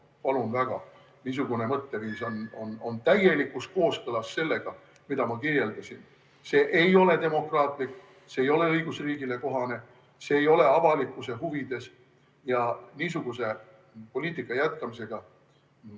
palun väga, niisugune mõtteviis on täielikus kooskõlas sellega, mida ma kirjeldasin. See ei ole demokraatlik, see ei ole õigusriigile kohane, see ei ole avalikkuse huvides. Niisuguse poliitika jätkamisega